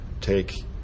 take